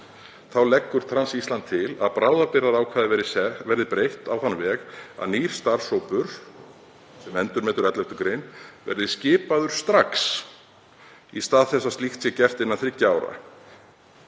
þá leggur Trans Ísland til að bráðabirgðarákvæði verði breytt á þann veg að nýr starfshópur sem endurmetur 11. grein verði skipaður strax, í stað þess að slíkt sé gert innan þriggja